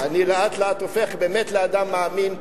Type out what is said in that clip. אני לאט-לאט הופך באמת לאדם מאמין,